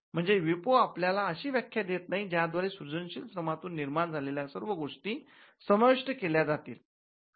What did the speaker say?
म्हणजे विपो आपल्याला अशी व्याख्या देत नाही ज्या द्वारे सृजनशील श्रमातून निर्माण झालेल्या सर्व गोष्टी समाविष्ट केल्या जातील